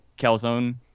Calzone